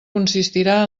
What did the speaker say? consistirà